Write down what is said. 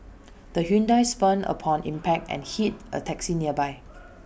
the Hyundai spun upon impact and hit A taxi nearby